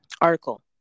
article